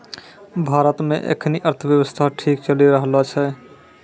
भारत मे एखनी अर्थव्यवस्था ठीक चली रहलो छै